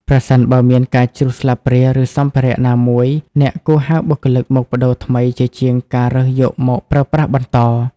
ប្រសិនបើមានការជ្រុះស្លាបព្រា ឬសម្ភារៈណាមួយ អ្នកគួរហៅបុគ្គលិកមកប្ដូរថ្មីជាជាងការរើសយកមកប្រើប្រាស់បន្ត។